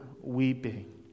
weeping